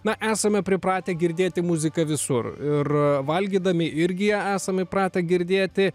na esame pripratę girdėti muziką visur ir valgydami irgi esam įpratę girdėti